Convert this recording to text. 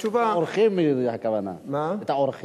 הם מגיעים